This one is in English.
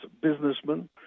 businessmen